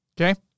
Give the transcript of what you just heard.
Okay